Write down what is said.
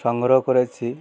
সংগ্রহ করেছি